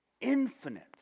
infinite